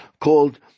called